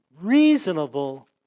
reasonable